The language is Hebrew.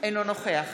אינו נוכח